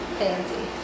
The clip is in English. fancy